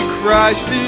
Christ